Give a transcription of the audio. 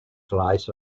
flies